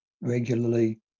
regularly